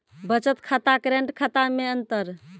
बचत खाता करेंट खाता मे अंतर?